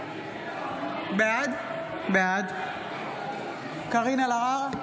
בעד קארין אלהרר,